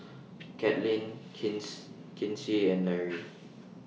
Katlyn Kinsey and Larry